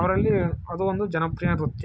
ಅವರಲ್ಲಿ ಅದು ಒಂದು ಜನಪ್ರಿಯ ನೃತ್ಯ